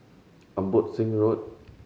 Abbotsingh Road